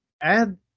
add